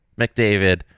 McDavid